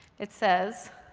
it says,